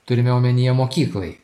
turime omenyje mokyklai